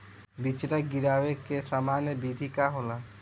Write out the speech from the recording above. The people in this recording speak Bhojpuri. बिचड़ा गिरावे के सामान्य विधि का होला?